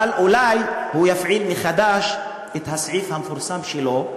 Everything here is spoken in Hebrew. אבל אולי הוא יפעיל מחדש את הסעיף המפורסם שלו,